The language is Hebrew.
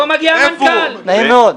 נעים מאוד.